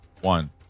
One